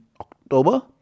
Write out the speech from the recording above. October